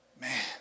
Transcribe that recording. Man